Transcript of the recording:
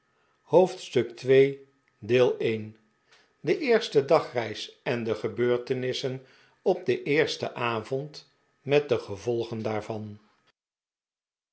hoofdstuk ii de eerste dagreis en de gebeurtenissen op den eersten avond met de gevolgen daarvan